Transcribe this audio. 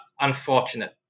unfortunate